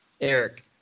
Eric